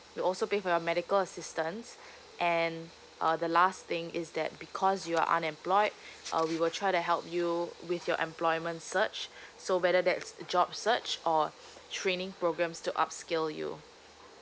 we also pay for your medical assistance and uh the last thing is that because you're unemployed uh we will try to help you with your employment search so whether that's the job search or training programs to upscale you